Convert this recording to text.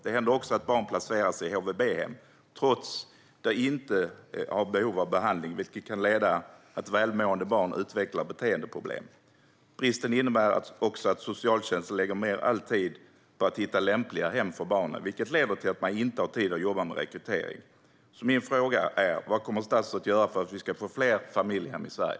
Det händer också att barn placeras i HVB-hem trots att de inte är i behov av behandling, vilket kan leda till att välmående barn utvecklar beteendeproblem. Bristen innebär också att socialtjänsten lägger ned all tid på att hitta lämpliga hem för barnen, vilket leder till att man inte har tid att jobba med rekrytering. Min fråga är: Vad kommer statsrådet att göra för att vi ska få fler familjehem i Sverige?